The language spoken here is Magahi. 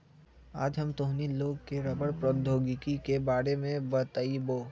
आज हम तोहनी लोग के रबड़ प्रौद्योगिकी के बारे में बतईबो